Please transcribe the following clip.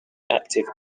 active